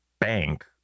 bank